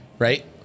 Right